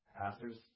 pastors